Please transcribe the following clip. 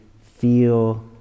feel